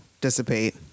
dissipate